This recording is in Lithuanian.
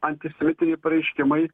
antisemitiniai pareiškimai